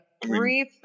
brief